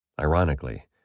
Ironically